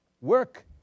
work